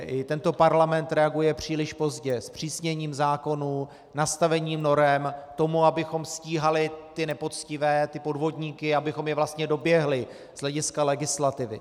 I tento parlament reaguje příliš pozdě zpřísněním zákonů, nastavením norem k tomu, abychom stíhali nepoctivé podvodníky, abychom je vlastně doběhli z hlediska legislativy.